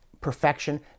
perfection